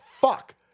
fuck